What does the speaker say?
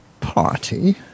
party